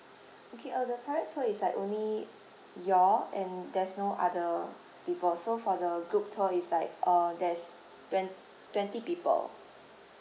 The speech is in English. okay uh the private tour is like only you all and there's no other people so for the group tour it's like uh there's twen~ twenty people